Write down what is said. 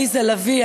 עליזה לביא,